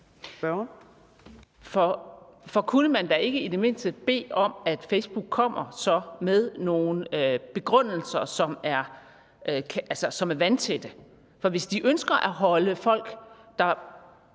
For kunne man da i det mindste ikke bede om, at Facebook så kommer med nogle begrundelser, som er vandtætte? Hvis de ønsker at holde folk, der